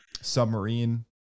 submarine